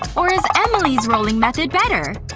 or is emily's rolling method better?